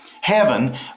heaven